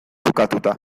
bukatuta